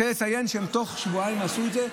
אני רוצה לציין שתוך שבועיים הם עשו את זה.